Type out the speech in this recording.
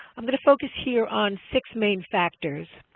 i'm going to focus here on six main factors.